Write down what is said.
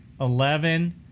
eleven